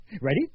Ready